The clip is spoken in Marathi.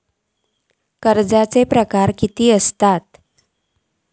कर्जाचे प्रकार कीती असतत?